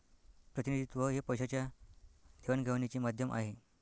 प्रतिनिधित्व हे पैशाच्या देवाणघेवाणीचे माध्यम आहे